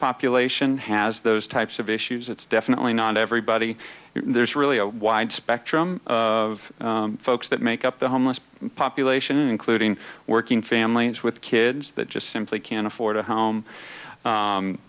population has those types of issues it's definitely not everybody there's really a wide spectrum of folks that make up the homeless population including working families with kids that just simply can't afford a home